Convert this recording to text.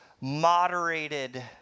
moderated